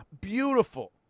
beautiful